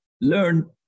learn